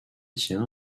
tient